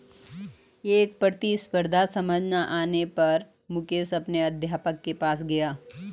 कर प्रतिस्पर्धा समझ ना आने पर मुकेश अपने अध्यापक के पास गया